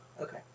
okay